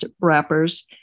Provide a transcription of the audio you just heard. wrappers